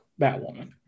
batwoman